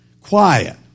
quiet